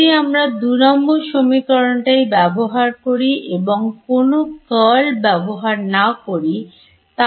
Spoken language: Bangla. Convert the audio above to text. যদি আমরা দু নম্বর সমীকরণটাই ব্যবহার করি এবং কোন Curl ব্যবহার না করি তাহলে এখানে কি হবে